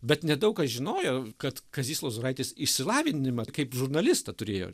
bet nedaug kas žinojo kad kazys lozoraitis išsilavinimą kaip žurnalistą turėjo